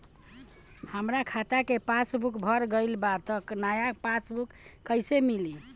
हमार खाता के पासबूक भर गएल बा त नया पासबूक कइसे मिली?